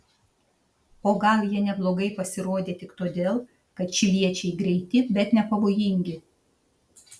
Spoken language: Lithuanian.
o gal jie neblogai pasirodė tik todėl kad čiliečiai greiti bet nepavojingi